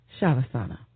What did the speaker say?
shavasana